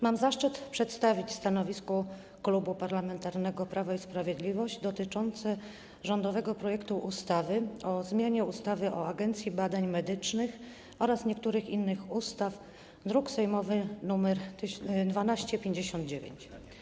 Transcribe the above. Mam zaszczyt przedstawić stanowisko Klubu Parlamentarnego Prawo i Sprawiedliwość dotyczące rządowego projektu ustawy o zmianie ustawy o Agencji Badań Medycznych oraz niektórych innych ustaw, druk sejmowy nr 1259.